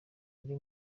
buri